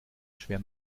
schwer